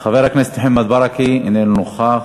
חבר הכנסת מוחמד ברכה, איננו נוכח,